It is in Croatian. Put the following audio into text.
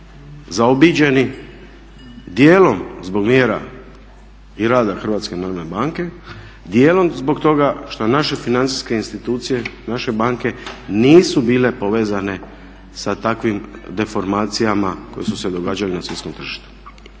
zaobiđeni dijelom zbog mjera i rada Hrvatska narodne banke, dijelom zbog toga što naše financijske institucije, naše banke nisu bile povezane sa takvim deformacijama koje su se događale na svjetskom tržištu.